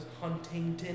Huntington